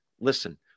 listen